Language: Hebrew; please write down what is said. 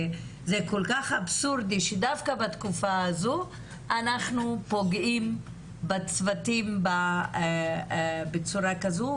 זה כל כך אבסורדי שדווקא בתקופה הזו אנחנו פוגעים בצוותים בצורה כזו,